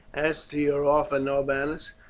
as to your offer, norbanus,